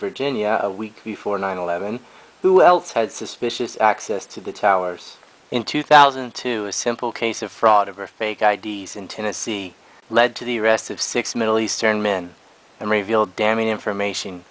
virginia a week before nine eleven who else had suspicious access to the towers in two thousand and two a simple case of fraud or fake i d s in tennessee led to the arrest of six middle eastern men and revealed damning information